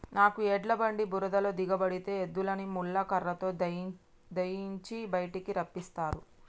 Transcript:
నాడు ఎడ్ల బండి బురదలో దిగబడితే ఎద్దులని ముళ్ళ కర్రతో దయియించి బయటికి రప్పిస్తారు